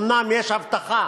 אומנם יש הבטחה,